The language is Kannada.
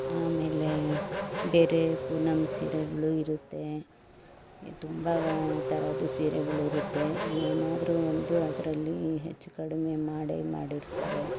ಆಮೇಲೆ ಬೇರೆ ಪೂನಂ ಸೀರೆಗಳು ಇರುತ್ತೆ ತುಂಬ ಥರದ್ದು ಸೀರೆಗಳು ಇರುತ್ತೆ ಏನಾದ್ರೂ ಒಂದು ಅದರಲ್ಲಿ ಹೆಚ್ಚು ಕಡಿಮೆ ಮಾಡಿ ಮಾಡಿರ್ತಾರೆ